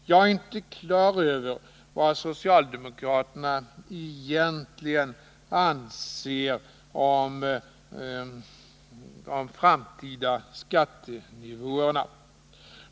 Jag är inte på det klara med vad socialdemokraterna egentligen anser om de framtida skattenivåerna.